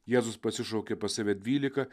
jėzus pasišaukė pas save dvylika